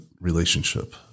relationship